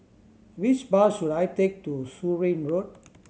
which bus should I take to Surin Road